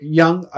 young